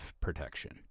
protection